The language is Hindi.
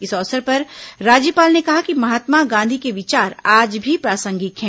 इस अवसर पर राज्यपाल ने कहा कि महात्मा गांधी के विचार आज भी प्रासंगिक है